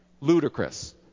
ludicrous